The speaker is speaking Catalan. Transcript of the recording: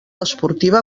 esportiva